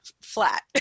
flat